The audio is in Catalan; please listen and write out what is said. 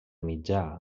mitjà